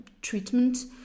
treatment